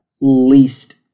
least